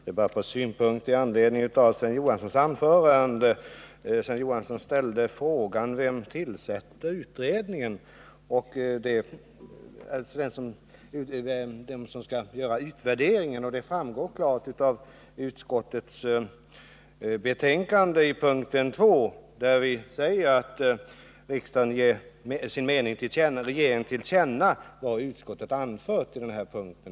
Fru talman! Bara ett par synpunkter med anledning av Sven Johanssons Onsdagen den utvärderingen? Det framgår klart av utskottets betänkande, p. 2, där vi säger att riksdagen skall ge regeringen till känna vad utskottet anfört på den här punkten.